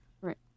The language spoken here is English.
Right